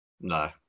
No